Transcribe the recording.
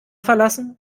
verlassen